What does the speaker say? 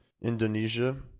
Indonesia